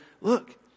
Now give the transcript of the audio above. look